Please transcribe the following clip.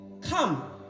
come